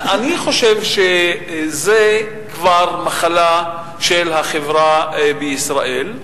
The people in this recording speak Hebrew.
אני חושב שזו כבר מחלה של החברה בישראל,